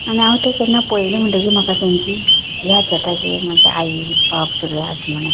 आनी हांव ते केन्ना पळयलें म्हणटगीर म्हाका तेंची याद जाता की ही म्हजी आई बाब सगळें आस म्हणोन